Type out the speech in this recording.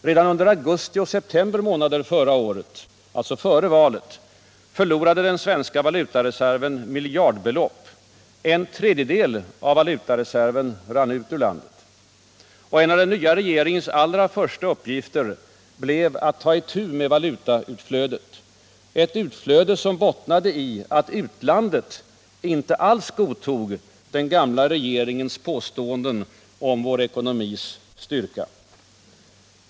Redan under augusti och september månader förra året — alltså före valet — förlorade den svenska valutareserven miljardbelopp. En tredjedel av valutareserven rann ut ur landet. En av den nya regeringens allra första uppgifter blev att ta itu med valutautflödet, som bottnade i att utlandet inte alls godtog den gamla regeringens påståenden om vår ekonomis styrka.